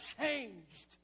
changed